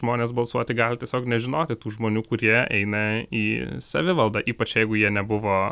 žmonės balsuoti gali tiesiog nežinoti tų žmonių kurie eina į savivaldą ypač jeigu jie nebuvo